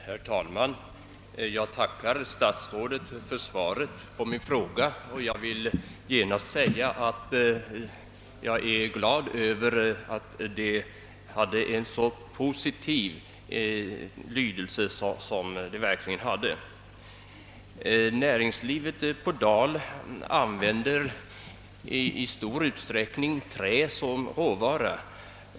Herr talman! Jag tackar statsrådet för svaret på min fråga, och jag vill genast säga att jag är glad över att det hade en så positiv lydelse. Näringslivet på Dal använder i stor utsträckning trä som råvara.